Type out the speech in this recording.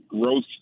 Growth